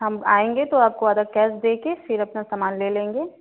हम आएंगे तो आपको आधा कैस देकर फिर अपना समान ले लेंगे